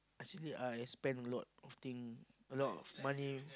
actually I spend a lot of thing a lot of money